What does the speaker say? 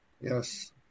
Yes